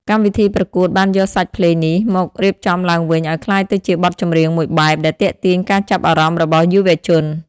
កម្មវិធីប្រកួតបានយកសាច់ភ្លេងនេះមករៀបចំឡើងវិញឲ្យក្លាយទៅជាបទចម្រៀងមួយបែបដែលទាក់ទាញការចាប់អារម្មណ៍របស់យុវជន។